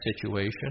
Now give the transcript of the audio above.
situation